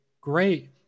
great